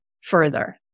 further